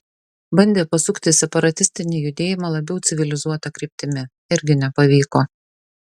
bandė pasukti separatistinį judėjimą labiau civilizuota kryptimi irgi nepavyko